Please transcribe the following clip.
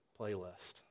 playlist